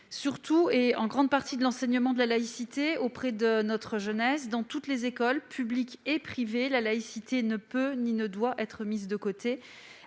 provient très largement de l'enseignement de la laïcité auprès de notre jeunesse. Dans toutes les écoles, publiques et privées, la laïcité ne peut ni ne doit être mise de côté,